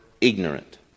ignorant